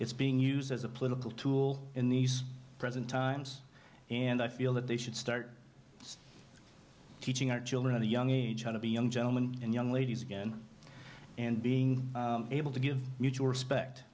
it's being used as a political tool in these present times and i feel that they should start teaching our children of the young age out of the young gentleman and young ladies again and being able to give mutual respect